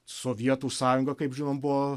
sovietų sąjunga kaip žinom buvo